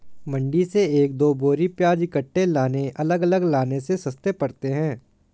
मंडी से एक दो बोरी प्याज इकट्ठे लाने अलग अलग लाने से सस्ते पड़ते हैं